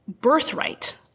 birthright